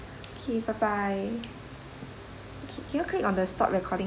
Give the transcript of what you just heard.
okay bye bye okay can you click on the stop recording